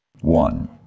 One